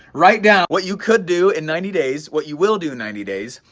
write down what you could do in ninety days, what you will do in ninety days,